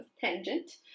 tangent